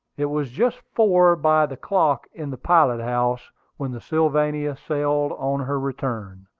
it was just four by the clock in the pilot-house when the sylvania sailed on her return.